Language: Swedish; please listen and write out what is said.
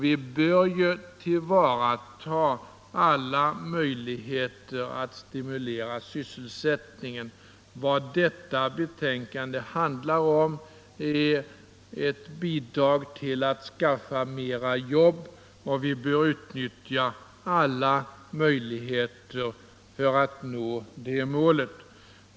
Vi bör tillvarata alla möjligheter att stimulera sysselsättningen. Föreliggande betänkande handlar ju om ett bidrag för att skaffa fram flera jobb. Vi bör utnyttja alla möjligheter för att nå det målet.